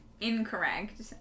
incorrect